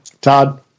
Todd